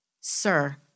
Sir